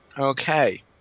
Okay